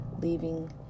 leaving